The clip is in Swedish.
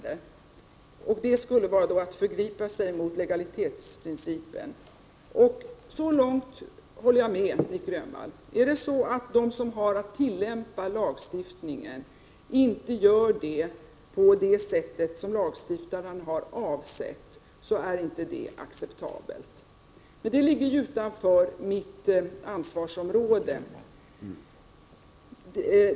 Detta skulle enligt Nic Grönvall innebära att man förgriper sig mot legalitetsprincipen. Så långt håller jag med Nic Grönvall. Om de som har att tillämpa lagstiftningen inte gör det på det sätt som lagstiftaren har avsett, så är det inte acceptabelt. Men det ligger utanför mitt ansvarsområde.